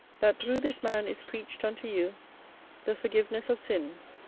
that through this man is preached unto you the forgiveness of sins